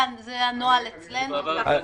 זה לא טוב,